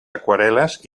aquarel·les